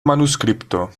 manuskripto